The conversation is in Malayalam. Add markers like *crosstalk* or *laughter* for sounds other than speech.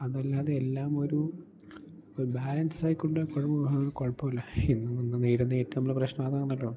അതല്ലാതെ എല്ലാം ഒരു ഒരു ബാലൻസായിക്കൊണ്ട് *unintelligible* കുഴപ്പമില്ല ഇന്നൊന്നും നേരിടുന്ന പ്രശ്നം അതാണല്ലോ